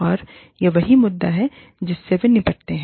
और यह वही मुद्दा है जिससे वे निपटते हैं